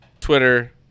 Twitter